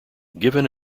given